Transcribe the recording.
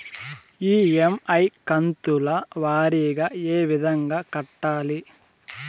EMI కంతుల వారీగా ఏ విధంగా కట్టాలి